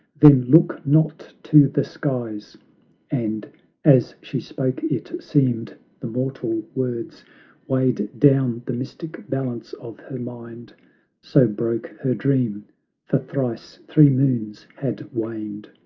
then look not to the skies and as she spoke it seemed the mortal words weighed down the mystic balance of her mind so broke her dream for thrice three moons had waned!